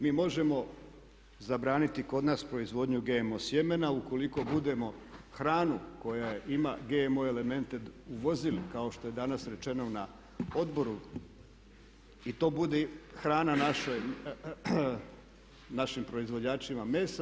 Mi možemo zabraniti kod nas proizvodnju GMO sjemena ukoliko budemo hranu koja ima GMO elemente uvozili kao što je danas rečeno na odboru i to bude hrana našim proizvođačima mesa.